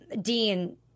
Dean